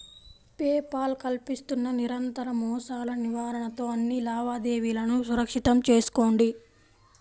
pay Paul కల్పిస్తున్న నిరంతర మోసాల నివారణతో అన్ని లావాదేవీలను సురక్షితం చేసుకోండి